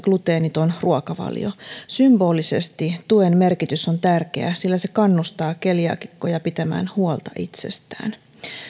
gluteeniton ruokavalio symbolisesti tuen merkitys on tärkeä sillä se kannustaa keliaakikkoja pitämään huolta itsestään